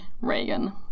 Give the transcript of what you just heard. Reagan